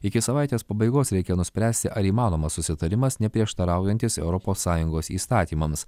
iki savaitės pabaigos reikia nuspręsti ar įmanomas susitarimas neprieštaraujantis europos sąjungos įstatymams